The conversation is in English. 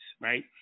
right